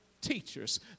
teachers